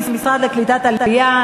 המשרד לקליטת העלייה,